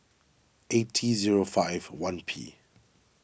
eight T zero five one P